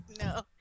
No